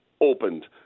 opened